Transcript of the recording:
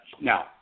now